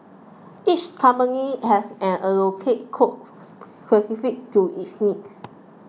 each company has an allocated quota specific to its needs